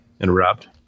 interrupt